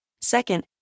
Second